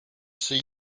see